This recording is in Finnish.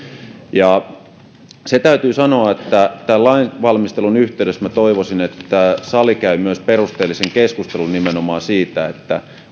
se täytyy sanoa että tämän lainvalmistelun yhteydessä minä toivoisin että sali käy myös perusteellisen keskustelun nimenomaan siitä